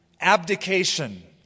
abdication